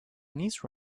niece